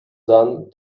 done